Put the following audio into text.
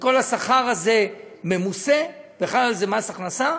וכל השכר הזה ממוסה, וחל על זה מס הכנסה.